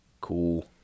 cool